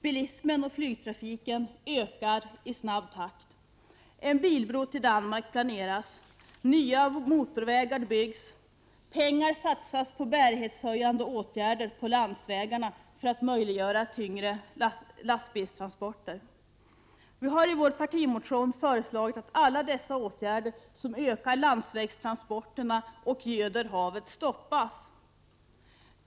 Bilismen och flygtrafiken ökar i snabb takt, en bilbro till Danmark planeras, nya motorvägar byggs och pengar satsas på bärighetshöjande åtgärder på landsvägarna för att möjliggöra tyngre lastbilstransporter. Vi har i vår partimotion föreslagit att alla sådana åtgärder som ökar landsvägstransporterna och göder havet skall stoppas.